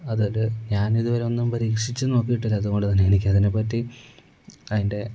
അതൊര് ഞാനിതുവരെ ഒന്നും പരീക്ഷിച്ച് നോക്കിയിട്ടില്ല അത്കൊണ്ട് തന്നെ എനിക്കതിനെ പറ്റി അതിൻ്റെ